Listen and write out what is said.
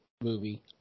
movie